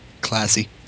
Classy